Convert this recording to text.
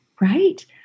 right